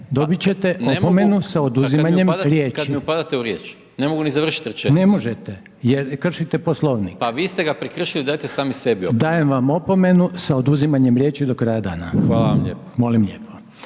…dobit ćete opomenu s oduzimanjem riječi/…ne mogu, pa kad mi upadate u riječ, ne mogu ni završiti rečenicu…/Upadica: Ne možete jer kršite Poslovnik/…pa vi ste ga prekršili, dajte sami sebi opomenu…/Upadica: Dajem vam opomenu sa oduzimanjem riječi do kraja dana/…Hvala vam lijepo. **Reiner,